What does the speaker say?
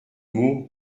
môme